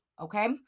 Okay